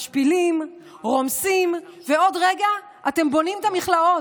משפילים, רומסים, ובעוד רגע אתם בונים גם מכלאות,